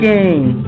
Game